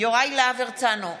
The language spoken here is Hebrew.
יוראי להב הרצנו,